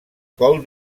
col